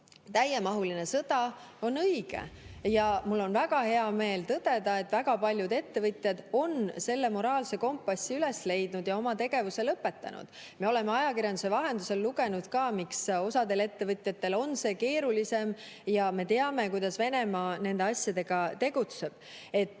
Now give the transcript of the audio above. täiemahuline sõda, on õige? Ja mul on väga hea meel tõdeda, et väga paljud ettevõtjad on selle moraalse kompassi üles leidnud ja oma tegevuse lõpetanud. Me oleme ajakirjanduse vahendusel lugenud ka, miks osadele ettevõtjatele on see keerulisem, ja me teame, kuidas Venemaa nende asjadega tegutseb.